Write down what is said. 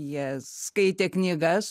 jie skaitė knygas